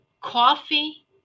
Coffee